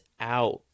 out